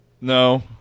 No